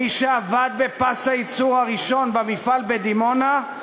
מי שעבד בפס הייצור הראשון במפעל בדימונה,